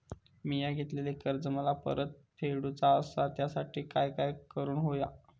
मिया घेतलेले कर्ज मला परत फेडूचा असा त्यासाठी काय काय करून होया?